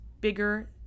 bigger